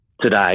today